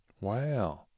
Wow